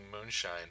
Moonshine